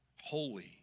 Holy